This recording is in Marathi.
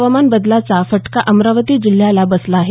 हवामान बदलाचा फटका अमरावती जिल्ह्याला बसला आहे